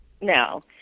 No